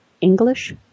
English